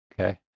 Okay